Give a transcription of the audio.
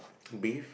beef